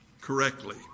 correctly